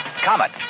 Comet